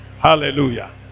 Hallelujah